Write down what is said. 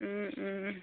ও ও